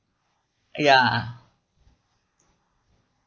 ya